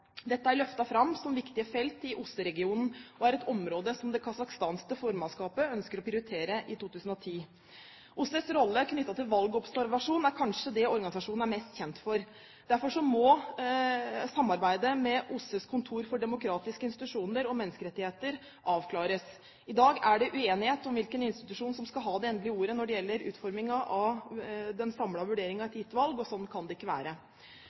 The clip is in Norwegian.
Dette er løftet fram som viktige felt i OSSE-regionen og er et område som det kasakhstanske formannskapet ønsker å prioritere i 2010. OSSEs rolle knyttet til valgobservasjon er kanskje det organisasjonen er mest kjent for. Derfor må samarbeidet med OSSEs kontor for demokratiske institusjoner og menneskerettigheter avklares. I dag er det uenighet om hvilken institusjon som skal ha det endelige ordet når det gjelder utformingen av den samlede vurderingen av et gitt valg, og sånn kan det ikke være.